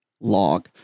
log